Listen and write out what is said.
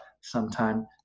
sometime